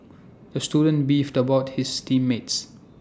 the student beefed about his team mates